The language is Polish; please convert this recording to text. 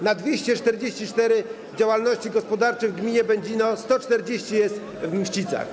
Na 244 działalności gospodarcze w gminie Będzino 140 jest w Mścicach.